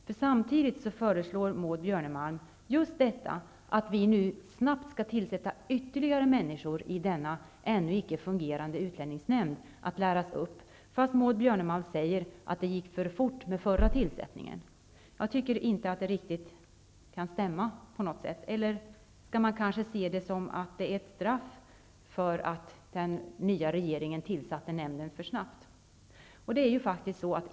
Men samtidigt föreslår Maud Björnemalm att vi snabbt skall tillsätta ytterligare människor i denna ännu icke fungerande utlänningsnämnd. Ytterligare personer skall alltså läras upp. Ändå säger Maud Björnemalm att det gick för fort vid den förra tillsättningen. Jag tycker inte att det här resonemanget riktigt stämmer. Eller skall man kanske se detta som ett straff för att den nya regeringen var för snabb med att tillsätta utlänningsnämnden.